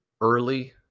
early